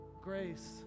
Grace